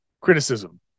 criticism